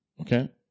Okay